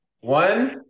One